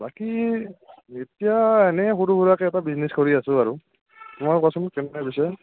বাকী এতিয়া এনেই সৰু সুৰাকে এটা বিজনেছ কৰি আছোঁ আৰু তোমাৰ কোৱাচোন কেনেকুৱা পিছে